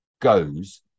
goes